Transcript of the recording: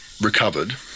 recovered